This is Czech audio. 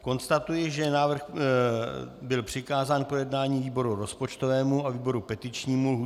Konstatuji, že návrh byl přikázán k projednání výboru rozpočtovému a výboru petičnímu.